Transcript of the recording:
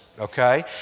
okay